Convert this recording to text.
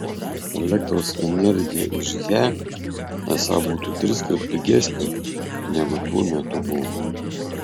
elektros energija iš he esą būtų triskart pigesnė negu tuo metu buvo